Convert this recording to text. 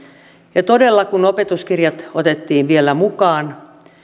ja todella kun opetuskirjat otettiin vielä mukaan